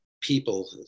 people